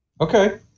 Okay